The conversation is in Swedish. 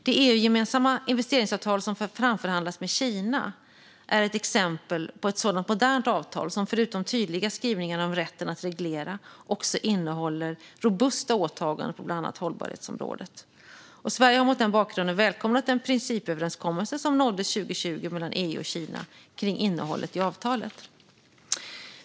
Det EU-gemensamma investeringsavtal som framförhandlats med Kina är ett exempel på ett sådant modernt avtal som förutom tydliga skrivningar om rätten att reglera också innehåller robusta åtaganden på bland annat hållbarhetsområdet. Sverige har mot den bakgrunden välkomnat den principöverenskommelse som nåddes 2020 mellan EU och Kina kring innehållet i avtalet.